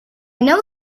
know